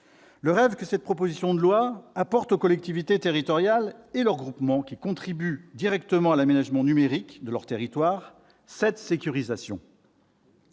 le rêve que cette proposition de loi apporte aux collectivités territoriales et à leurs groupements, qui contribuent directement à l'aménagement numérique de leurs territoires, cette sécurisation.